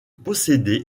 posséder